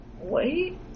Wait